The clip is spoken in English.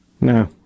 No